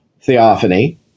Theophany